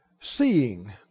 Seeing